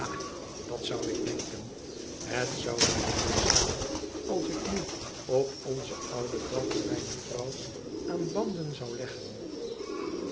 dat zou ik denken het zou mij mooi staan als ik nu op onzen ouden dag mijne vrouw aan banden zou leggen